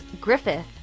Griffith